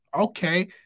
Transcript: okay